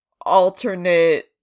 alternate